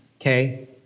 okay